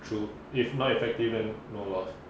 true if not effective then no lost